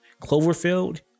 Cloverfield